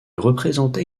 représentait